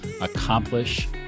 accomplish